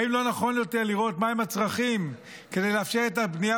האם לא נכון יותר לראות מהם הצרכים כדי לאפשר את הבנייה